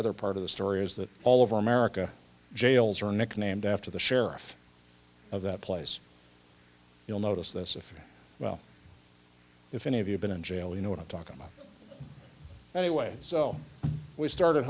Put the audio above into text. other part of the story is that all of america jails are nicknamed after the sheriff of that place you'll notice this if well if any of you been in jail you know what i'm talking about anyway so we started